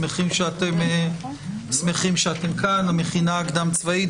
שמחים שאתם כאן, המכינה הקדם צבאית.